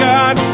God